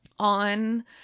on